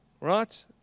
right